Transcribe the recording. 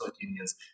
unions